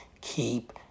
keep